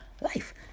life